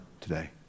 today